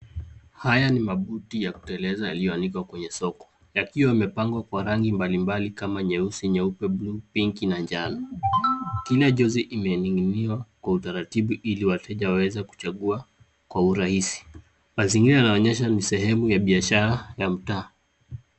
Haya ni mabuti ya kuteleza yaliyoanikwa kwenye soko yakiwa yamepangwa kwa rangi mbalimbali kama nyeusi, nyeupe, buluu, pinki na njano. Kila jozi imening'iniwa kwa utaratibu ili wateja waweze kuchagua kwa urahisi. Mazingira yanaonyesha ni sehemu ya biashara ya mtaa.